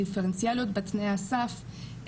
דיפרנציאליות בתנאי הסף,